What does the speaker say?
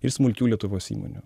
ir smulkių lietuvos įmonių